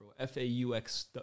F-A-U-X